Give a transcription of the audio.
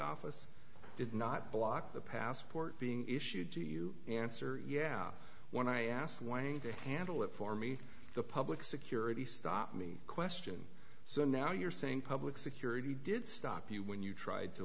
office did not block the passport being issued to you answer yeah when i asked way to handle it for me the public security stopped me question so now you're saying public security did stop you when you tried to